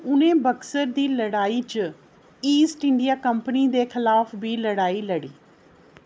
उ'नें बक्सर दी लड़ाई च ईस्ट इंडिया कंपनी दे खलाफ बी लड़ाई लड़ी